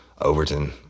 Overton